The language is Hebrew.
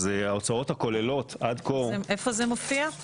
אז ההוצאות הכוללות עד כה --- איפה זה מופיע?